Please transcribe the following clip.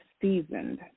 seasoned